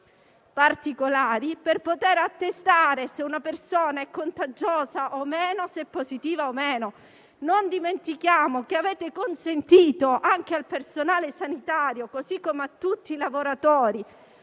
particolari per poter attestare se una persona è contagiosa o meno, se è positiva o meno? Non dimentichiamo che avete consentito anche al personale sanitario, così come a tutti i lavoratori,